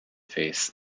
face